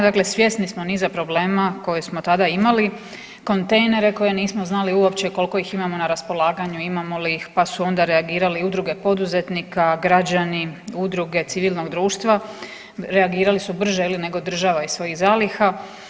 Dakle, svjesni smo niza problema koje smo tada imali, kontejnere koje nismo znali uopće koliko ih imamo na raspolaganju, imamo li ih, pa su onda reagirali udruge poduzetnika, građani, udruge civilnog društva reagirali su brže nego država iz svojih zaliha.